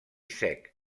sec